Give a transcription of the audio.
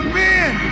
men